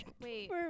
Wait